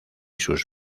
sus